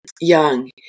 young